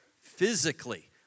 physically